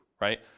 right